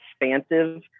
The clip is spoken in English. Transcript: expansive